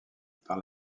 par